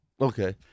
Okay